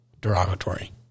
derogatory